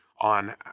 on